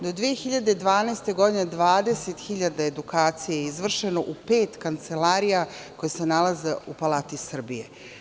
Do 2012. godine – 20.000 edukacija je izvršeno u pet kancelarija, koje se nalaze u Palati Srbije.